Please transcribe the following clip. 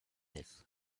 this